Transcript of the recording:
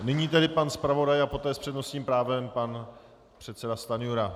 Nyní tedy pan zpravodaj a poté s přednostním právem pan předseda Stanjura.